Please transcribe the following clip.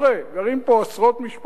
גרות פה עשרות משפחות,